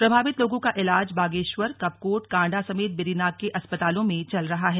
प्रभावित लोगों का इलाज बागेश्वर कपकोट कांडा समेत बेरीनाग के अस्पतालों में चल रहा है